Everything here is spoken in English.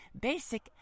basic